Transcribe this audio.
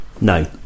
No